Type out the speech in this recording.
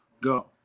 Go